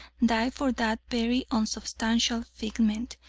die for that very unsubstantial figment,